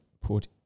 put